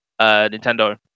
Nintendo